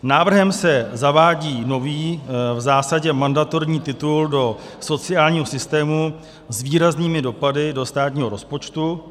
Návrhem se zavádí nový, v zásadě mandatorní titul do sociálního systému s výraznými dopady do státního rozpočtu.